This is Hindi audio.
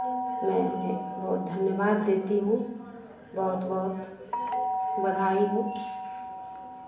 मैं उन्हें बहुत धन्यवाद देती हूँ बहुत बहुत बहुत बधाई हो